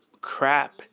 crap